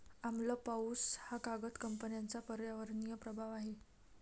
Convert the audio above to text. आम्ल पाऊस हा कागद कंपन्यांचा पर्यावरणीय प्रभाव आहे